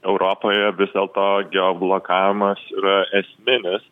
europoje vis dėlto geo blokavimas yra esminis